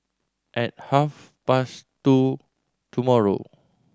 at half past two tomorrow